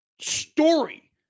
story